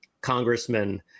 Congressman